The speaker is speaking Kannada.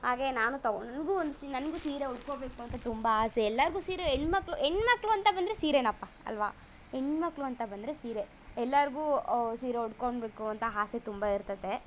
ಹಾಗೇ ನಾನೂ ತೊಗೋ ನನಗೂ ಒಂದು ಸಿ ನನಗೂ ಸೀರೆ ಉಟ್ಕೋಬೇಕು ಅಂತ ತುಂಬ ಆಸೆ ಎಲ್ಲರ್ಗೂ ಸೀರೆ ಹೆಣ್ಮಕ್ಳು ಹೆಣ್ಮಕ್ಳು ಅಂತ ಬಂದರೆ ಸೀರೆನಪ್ಪ ಅಲ್ಲವಾ ಹೆಣ್ಮಕ್ಳು ಅಂತ ಬಂದರೆ ಸೀರೆ ಎಲ್ಲರ್ಗೂ ಸೀರೆ ಉಟ್ಕೊಂಡ್ಬೇಕು ಅಂತ ಆಸೆ ತುಂಬ ಇರ್ತೈತೆ